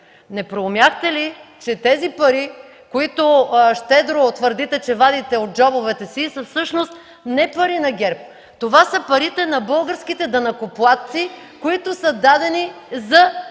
Не проумяхте ли, че тези пари, които твърдите, че щедро вадите от джобовете си, са всъщност не пари на ГЕРБ – това са парите на българските данъкоплатци, които са дадени за